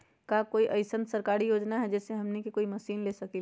का कोई अइसन सरकारी योजना है जै से हमनी कोई मशीन ले सकीं ला?